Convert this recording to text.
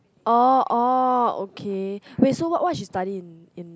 oh oh okay wait so what what she study in in